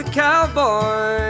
cowboy